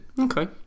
okay